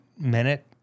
minute